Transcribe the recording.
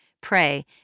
pray